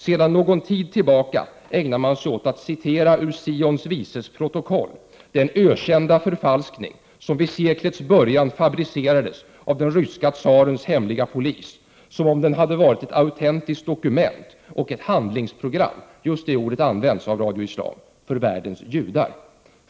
Sedan någon tid tillbaka ägnar man sig åt att citera ur Sions vises protokoll, den ökända förfalskning som vid seklets början fabricerades av ryske tsarens hemliga polis som om den vore ett autentiskt dokument och ett handlingsprogram — just det ordet användes av Radio Islam — för världens judar.